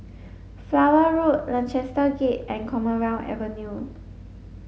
Flower Road Lancaster Gate and Commonwealth Avenue